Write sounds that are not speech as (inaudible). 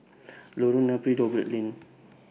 Lorong Napiri (unintelligible) Lane